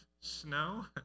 Snow